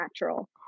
natural